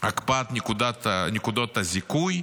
הקפאת נקודות הזיכוי,